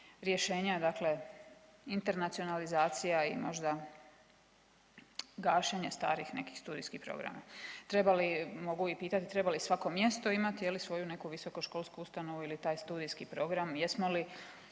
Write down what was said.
Rješenja dakle internacionalizacija i možda gašenje starih nekih studijskih programa. Treba li, mogu i pitati, treba li i svako mjesto imati je li svoju neku visokoškolsku ustanovu ili taj studijski program, jesmo li,